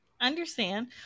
Understand